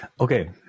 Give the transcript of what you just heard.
okay